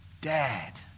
dad